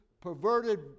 perverted